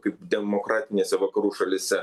kaip demokratinėse vakarų šalyse